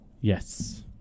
Yes